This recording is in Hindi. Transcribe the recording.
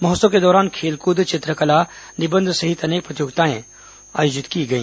महोत्सव के दौरान खेलकूद चित्रकला निबंध सहित अनेक प्रतिर्योगिताएं आयोजित की गई